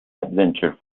adventure